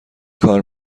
کار